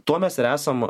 tuo mes ir esam